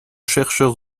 chercheurs